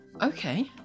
okay